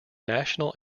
national